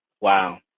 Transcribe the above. Wow